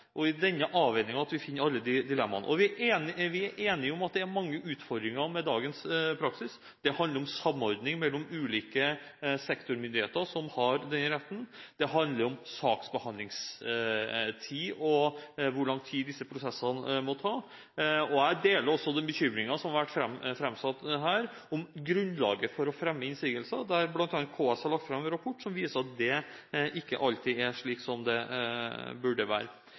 er i denne avveiningen vi finner alle disse dilemmaene. Vi er enige om at det med dagens praksis er mange utfordringer. Det handler om samordning mellom ulike sektormyndigheter som har denne retten, og det handler om saksbehandlingstid og hvor lang tid disse prosessene må ta. Jeg deler også den bekymringen som har vært framsatt her, om grunnlaget for å fremme innsigelser, der bl.a. KS har lagt fram en rapport som viser at det ikke alltid er slik det burde være.